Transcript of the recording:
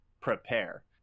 Prepare